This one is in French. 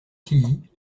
tilly